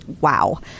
wow